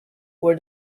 were